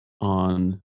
on